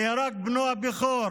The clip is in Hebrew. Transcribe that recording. נהרג בנו הבכור